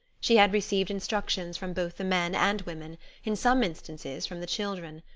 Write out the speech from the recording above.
she had received instructions from both the men and women in some instances from the children.